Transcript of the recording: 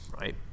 right